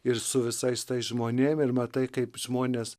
ir su visais tais žmonėm ir matai kaip žmonės